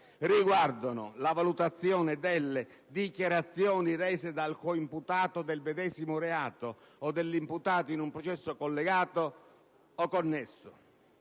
riguardano la valutazione delle «dichiarazioni rese dal coimputato del medesimo reato» o dell'imputato in procedimento connesso